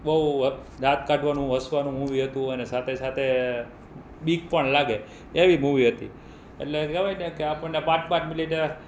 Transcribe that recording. બહુ દાંત કાઢવાનું હસવાનું મૂવી હતું અને સાથે સાથે બીક પણ લાગે એવી મૂવી હતી એટલે કહેવાયને કે આપણને પાંચ પાંચ મિનિટે